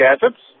Gadgets